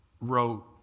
wrote